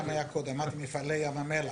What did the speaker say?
הכוונה למפעלי ים המלח.